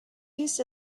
used